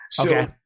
Okay